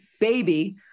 baby